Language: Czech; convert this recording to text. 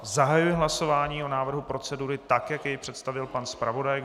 Zahajuji hlasování o návrhu procedury tak, jak jej představil pan zpravodaj.